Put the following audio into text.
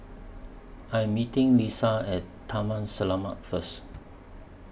I Am meeting Lisha At Taman Selamat First